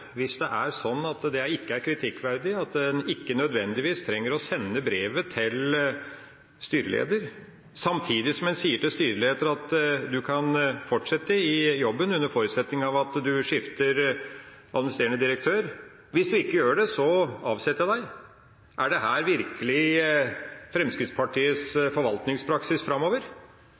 hvis det er sånn at det ikke er kritikkverdig at en ikke nødvendigvis trenger å sende brevet til styreleder – samtidig som en sier til styreleder at du kan fortsette i jobben under forutsetning av at du skifter administrerende direktør, og hvis du ikke gjør det, så avsetter jeg deg. Vil dette virkelig være Fremskrittspartiets forvaltningspraksis framover, når vi her